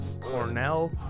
Cornell